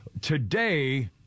Today